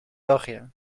belgië